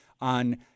on